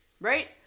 right